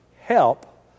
help